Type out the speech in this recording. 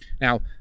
Now